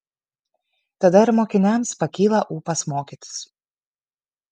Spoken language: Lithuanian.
tada ir mokiniams pakyla ūpas mokytis